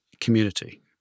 community